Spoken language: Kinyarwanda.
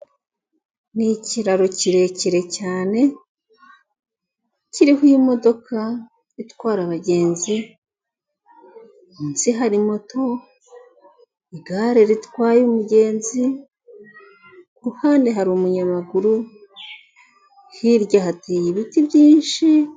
Ni ikirararo kirekire cyane kiririho imodoka itwara abagenzi, munsi hari moto igare ritwaye umugenzi hari umunyamaguru hirya hateye ibiti byinshi.